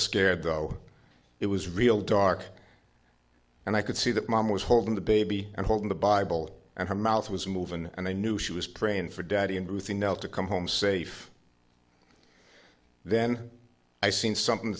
scared though it was real dark and i could see that mom was holding the baby and holding the bible and her mouth was moving and i knew she was praying for daddy and ruthie nell to come home safe then i seen something